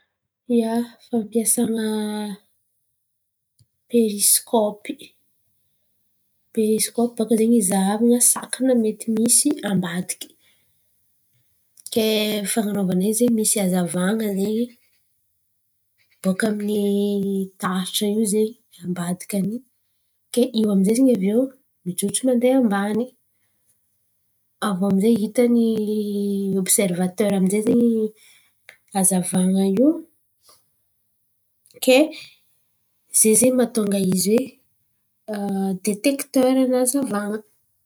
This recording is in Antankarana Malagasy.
Ia, fampiasan̈a perisikopy, perisikopy baka zen̈y zahavan̈a sakana mety misy ambadiky. kay fan̈anovana izy zen̈y misy hazan̈a zen̈y baka amin’ny taratra io zen̈y ambadiky arỳ. Ke in̈y amizay aviô mijotso mandeha ambany aviô amizay ze hitany obiserivataira ze hazavan̈a io ke ze zen̈y matonga izy hoe detekitaira ny hazavan̈a.